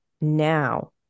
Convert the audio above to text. now